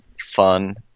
fun